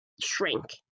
shrink